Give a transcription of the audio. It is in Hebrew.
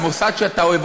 המוסד שאתה אוהב.